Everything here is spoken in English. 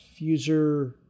Fuser